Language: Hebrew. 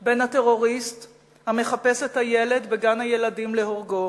כלשהי בין הטרוריסט המחפש את הילד בגן-הילדים להורגו